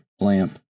Lamp